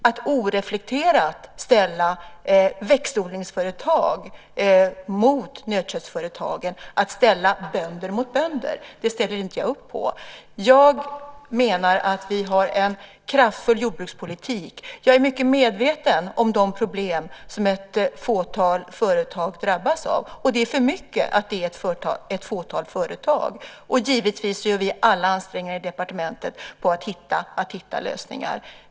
Att oreflekterat ställa växtodlingsföretag mot nötköttsföretag, att ställa bönder mot bönder ställer jag inte upp på. Jag anser att vi har en kraftfull jordbrukspolitik. Jag är mycket medveten om de problem som ett fåtal företag drabbas av, och det är för mycket med ett fåtal företag. Givetvis gör vi alla ansträngningar i departementet för att hitta lösningar.